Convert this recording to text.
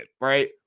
right